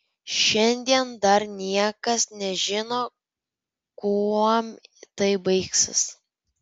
šiandien dar niekas nežino kuom tai baigsis